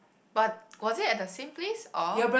but was it at the same place or